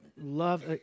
love